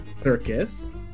circus